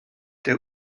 der